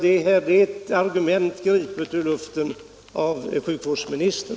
Det är ett argument - Nr 105